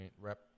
rep